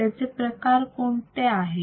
त्याचे प्रकार कोणते आहेत